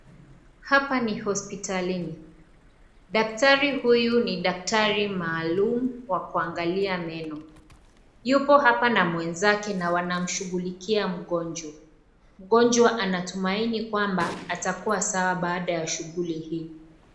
Hapa ni hospitalini. Daktari huyu ni daktari maalumu wa kuangalia meno. Yupo hapa na mwenzake na wanamshughulikia mgonjwa. Mgonjwa anatumaini kwamba atakuwa sawa baada ya shughuli hii.